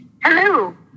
Hello